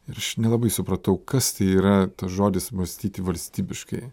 ir aš nelabai supratau kas tai yra tas žodis mąstyti valstybiškai